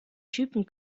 typen